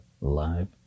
Live